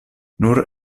nur